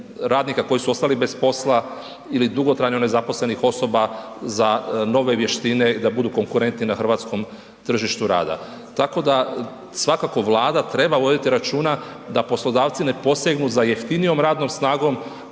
koji su ostali bez posla ili dugotrajno nezaposlenih osoba za nove vještine da budu konkurentni na hrvatskom tržištu rada. Tako da svakako Vlada treba voditi računa da poslodavci ne posegnu za jeftinijom radnom snagom